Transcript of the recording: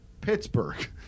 Pittsburgh